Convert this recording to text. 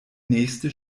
nächste